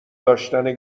داشتن